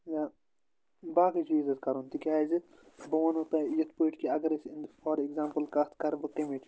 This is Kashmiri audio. یا باقٕے چیٖز حظ کَرُن تِکیازِ بہٕ ووَنو تۄہہِ یِتھ پٲٹھۍ کہِ اگر أسۍ فار ایٚکزامپٕل کَتھ کَرٕ بہٕ کٔمِچ